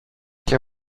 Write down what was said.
και